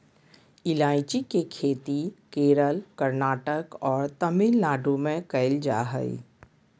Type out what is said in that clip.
ईलायची के खेती केरल, कर्नाटक और तमिलनाडु में कैल जा हइ